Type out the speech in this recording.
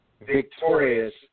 victorious